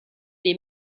les